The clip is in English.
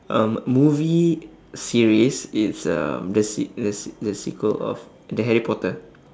um movie series is um the se~ the se~ the sequel of the harry potter